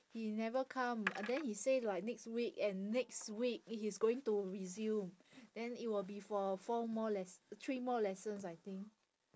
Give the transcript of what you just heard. he never come uh then he say like next week and next week he's going to resume then it will be for four more les~ three more lessons I think